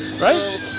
right